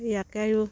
ইয়াকে